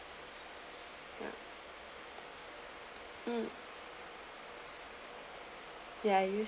um ya use